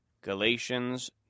Galatians